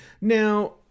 Now